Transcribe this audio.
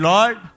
Lord